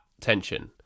tension